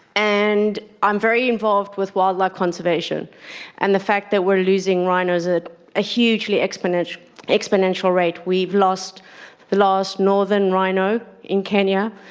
and i'm very involved with wildlife conservation and the fact that we're losing rhinos at a hugely exponential exponential rate we've lost the last northern rhino in kenya.